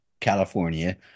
california